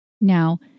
Now